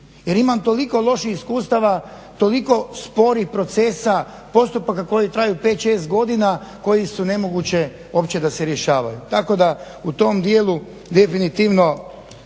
jer imam toliko loših iskustava, toliko sporih procesa, postupaka koji traju pet, šest godina koji su nemoguće uopće da se rješavaju. Tako da u tom dijelu definitivno